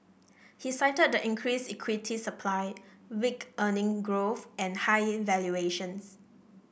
he cited the increased equity supply weak earnings growth and high valuations